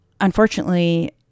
unfortunately